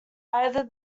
either